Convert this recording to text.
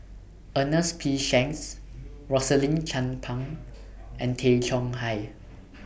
Ernest P Shanks Rosaline Chan Pang and Tay Chong Hai